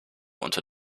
unter